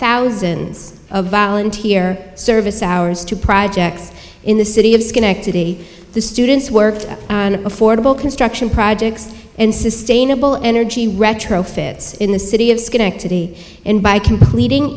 thousands of volunteer service hours to projects in the city of schenectady the students work and affordable construction projects and sustainable energy retrofits in the city of schenectady and by completing